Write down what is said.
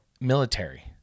military